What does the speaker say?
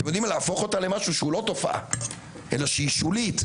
ולהפוך אותה לתופעה שולית.